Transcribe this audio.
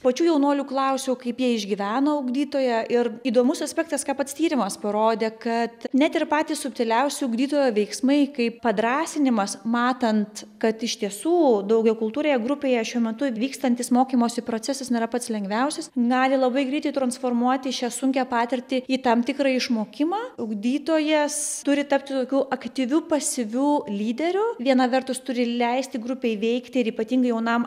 pačių jaunuolių klausiau kaip jie išgyveno ugdytoją ir įdomus aspektas ką pats tyrimas parodė kad net ir patys subtiliausi ugdytojo veiksmai kaip padrąsinimas matant kad iš tiesų daugiakultūrėje grupėje šiuo metu vykstantis mokymosi procesas nėra pats lengviausias gali labai greitai transformuoti šią sunkią patirtį į tam tikrą išmokimą ugdytojas turi tapti tokiu aktyviu pasyviu lyderiu viena vertus turi leisti grupei veikti ir ypatingai jaunam